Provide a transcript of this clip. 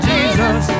Jesus